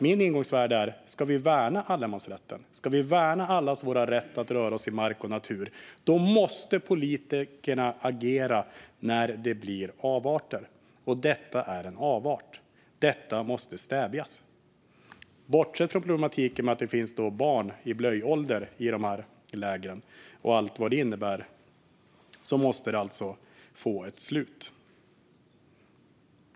Mitt ingångsvärde är: Ska vi värna allemansrätten, allas vår rätt att röra oss i mark och natur, så måste politikerna agera när det uppstår avarter. Detta är en avart och måste stävjas. Bortsett från problematiken att det finns barn i blöjålder i de här lägren och allt vad detta innebär måste det få ett slut.